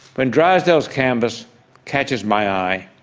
when drysdale's canvas catches my eye,